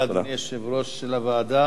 תודה לאדוני יושב-ראש הוועדה.